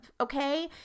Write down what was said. okay